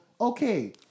Okay